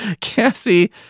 Cassie